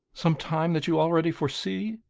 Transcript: some time that you already foresee?